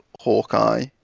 Hawkeye